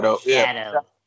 shadow